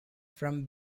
from